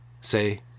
say